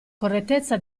correttezza